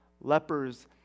Lepers